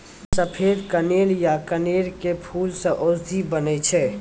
सफेद कनेर या कनेल के फूल सॅ औषधि बनै छै